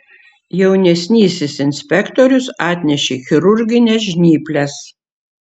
jaunesnysis inspektorius atnešė chirurgines žnyples